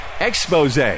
Expose